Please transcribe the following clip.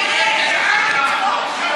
יש לך ממי ללמוד, אין ספק.